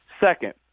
Second